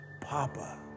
Papa